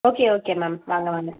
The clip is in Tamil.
ஓகே ஓகே மேம் வாங்க வாங்க